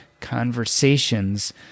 conversations